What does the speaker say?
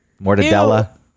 Mortadella